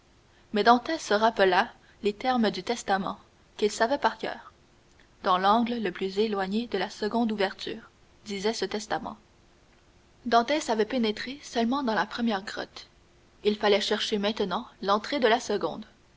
mais dantès se rappela les termes du testament qu'il savait par coeur dans l'angle le plus éloigné de la seconde ouverture disait ce testament dantès avait pénétré seulement dans la première grotte il fallait chercher maintenant l'entrée de la seconde